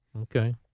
Okay